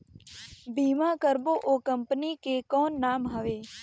बीमा करबो ओ कंपनी के कौन नाम हवे?